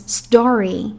story